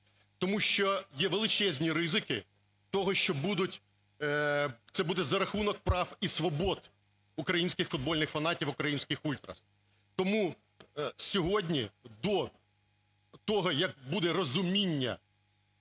Тому що є величезні ризики того, що будуть, це буде за рахунок прав і свобод українських футбольних фанатів, українських ультрас. Тому сьогодні до того, як буде розуміння